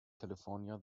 california